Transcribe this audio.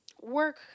work